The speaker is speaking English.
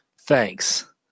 Thanks